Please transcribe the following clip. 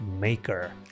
maker